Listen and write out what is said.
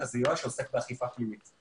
הסביבה הודעות תשלום קנס נמצאות ברף התחתון,